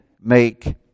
make